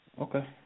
Okay